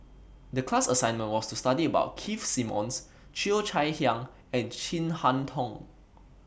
The class assignment was to study about Keith Simmons Cheo Chai Hiang and Chin Harn Tong